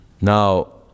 Now